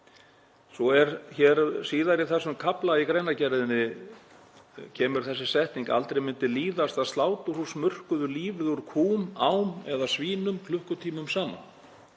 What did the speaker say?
Svo kemur síðar í þessum kafla í greinargerðinni þessi setning: „Aldrei myndi líðast að sláturhús murkuðu lífið úr kúm, ám eða svínum klukkutímum saman.“